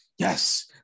yes